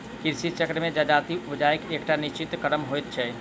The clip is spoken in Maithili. कृषि चक्र मे जजाति उपजयबाक एकटा निश्चित क्रम होइत छै